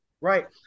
Right